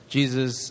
Jesus